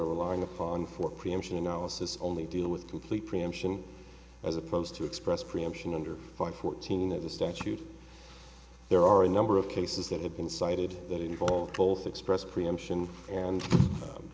are relying upon for preemption analysis only deal with complete preemption as opposed to express preemption under five fourteen of the statute there are a number of cases that have been cited that involve both expressed preemption and